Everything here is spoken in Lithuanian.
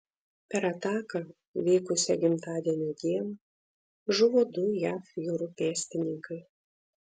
per ataką vykusią gimtadienio dieną žuvo du jav jūrų pėstininkai